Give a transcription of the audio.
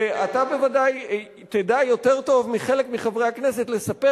אתה בוודאי תדע יותר טוב מחלק מחברי הכנסת לספר